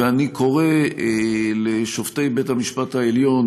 ואני קורא לשופטי בית המשפט העליון